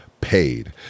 paid